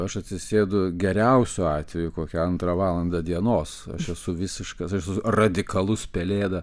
aš atsisėdu geriausiu atveju kokią antrą valandą dienos aš esu visiškas radikalus pelėda